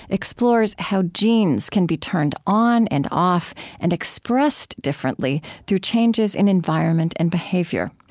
explores how genes can be turned on and off and expressed differently, through changes in environment and behavior.